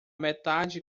metade